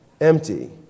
empty